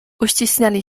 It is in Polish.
uścisnęli